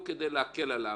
כדי להקל עליו,